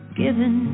given